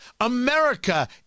America